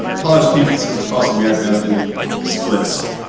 college campuses across america have been slits,